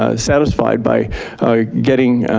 ah satisfied by getting